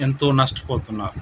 ఎంతో నష్టపోతున్నారు